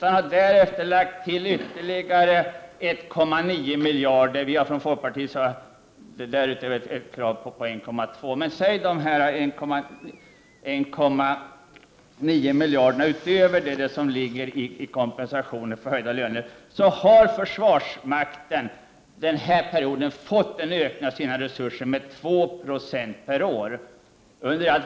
Därefter har riksdagen lagt på ytterligare 1,9 miljarder. Därutöver har vi från folkpartiet haft ett krav på 1,2 miljarder. Sammantaget, med dessa 1,9 miljarder som är utöver det som ligger i kompensation för höjda löner, har försvarsmakten under denna period fått sina resurser ökade med 2 46 per år.